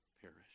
perish